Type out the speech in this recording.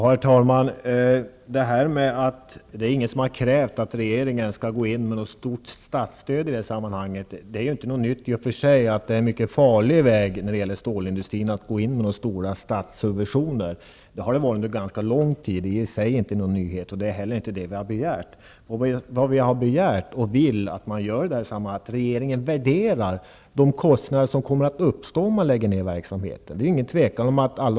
Herr talman! Det är ingen som har krävt att regeringen skall gå in med något stort statsstöd i det här sammanhanget. Det är inte något nytt att det är en mycket farlig väg att gå in med stora statssubventioner när det gäller stålindustrin. Det har det varit under ganska lång tid. Det är inte någon nyhet i sig, och vi har inte heller begärt det. Vad vi har begärt och vill att regeringen gör i det här sammanhanget, är att den värderar de kostnader som kommer att uppstå om man lägger ner verksamheten.